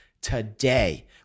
today